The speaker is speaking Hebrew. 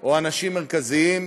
או אנשים מרכזיים,